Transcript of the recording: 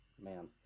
man